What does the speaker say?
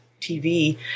TV